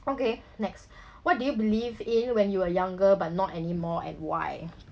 okay next what do you believe in when you were younger but not any more and why